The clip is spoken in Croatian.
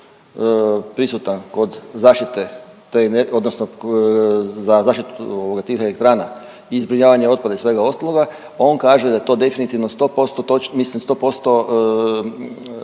prisutan kod zaštite, odnosno za zaštitu tih elektrana i zbrinjavanja otpada i svega ostaloga, on kaže da je to definitivno 100%